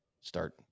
Start